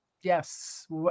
Yes